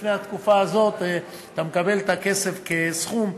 לפני התקופה הזאת אתה מקבל את הכסף כסכום,